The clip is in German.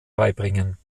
beibringen